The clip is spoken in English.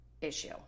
issue